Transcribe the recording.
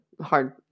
hard